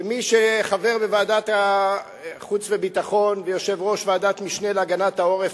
כמי שחבר בוועדת החוץ וביטחון ויושב-ראש ועדת משנה להגנת העורף,